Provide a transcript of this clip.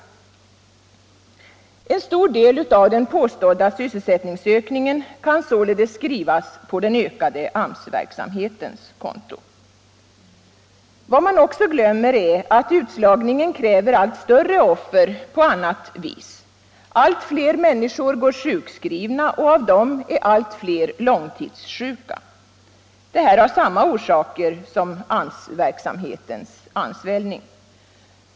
En stor del av den påstådda sysselsättningsökningen kan således skrivas på den ökade AMS-verksamhetens konto. Vad man också glömmer är att utslagningen kräver allt större offer på annat vis. Allt fler människor går sjukskrivna, och av dem är allt fler långtidssjuka. Det har samma orsaker som AMS-verksamhetens ansvällning.